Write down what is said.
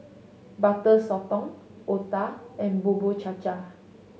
Butter Sotong otah and Bubur Cha Cha